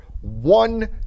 One